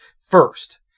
first